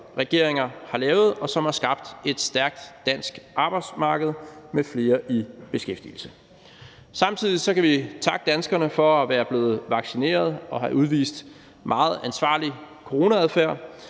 regeringer har lavet, og som har skabt et stærkt dansk arbejdsmarked med flere i beskæftigelse. Samtidig kan vi takke danskerne for at være blevet vaccineret og have udvist meget ansvarlig coronaadfærd.